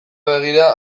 begira